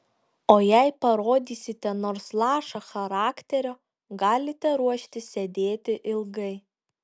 o jei parodysite nors lašą charakterio galite ruoštis sėdėti ilgai